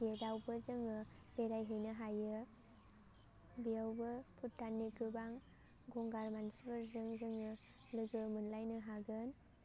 गेटावबो जोङो बेरायहैनो हायो बेयावबो भुटाननि गोबां गंगार मानसिफोरजों जोङो लोगो मोनलायनो हागोन